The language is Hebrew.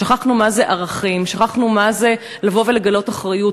שכחנו מה זה ערכים, שכחנו מה זה לגלות אחריות.